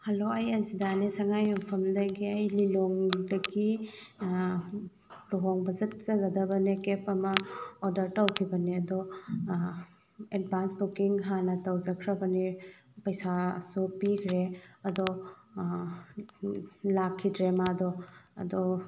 hello ꯑꯩ ꯑꯦꯁꯤꯗꯥꯅꯦ ꯁꯉꯥꯏ ꯌꯨꯝꯐꯝꯗꯒꯤ ꯑꯩ ꯂꯤꯂꯣꯡꯗꯒꯤ ꯂꯨꯍꯣꯡꯕ ꯆꯠꯆꯒꯗꯕꯅꯦ ꯀꯦꯞ ꯑꯃ ꯑꯣꯗꯔ ꯇꯧꯈꯤꯕꯅꯦ ꯑꯗꯣ ꯑꯦꯗꯕꯥꯟꯁ ꯕꯨꯀꯤꯡ ꯍꯥꯟꯅ ꯇꯧꯖꯈ꯭ꯔꯕꯅꯦ ꯄꯩꯁꯥꯁꯨ ꯄꯤꯈ꯭ꯔꯦ ꯑꯗꯣ ꯂꯥꯛꯈꯤꯗ꯭ꯔꯦ ꯃꯥꯗꯣ ꯑꯗꯣ